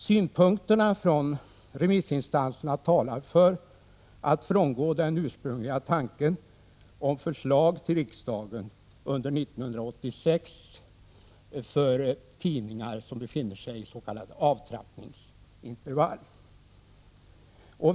Synpunkterna från remissinstanserna talar för att frångå den utsprungliga tanken om förslag till riksdagen under 1986 för tidningar som befinner sig i s.k. avtrappningsintervall.